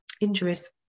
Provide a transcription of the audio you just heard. injuries